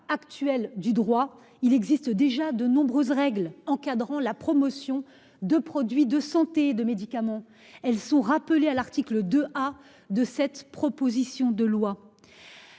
actuel du droit, il existe déjà de nombreuses règles encadrant la promotion de produits de santé de médicaments. Elles sont rappelés à l'article 2. Ah de cette proposition de loi.